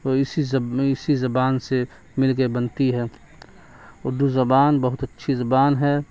وہ اسی اسی زبان سے مل کے بنتی ہے اردو زبان بہت اچھی زبان ہے